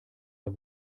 der